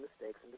mistakes